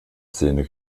szene